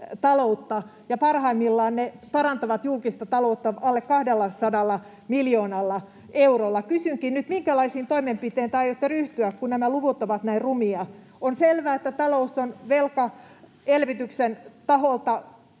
ja parhaimmillaan ne parantavat julkista taloutta alle 200 miljoonalla eurolla. Kysynkin nyt, minkälaisiin toimenpiteisiin te aiotte ryhtyä, kun nämä luvut ovat näin rumia. On selvää, että talous on velkaelvytyksen taholta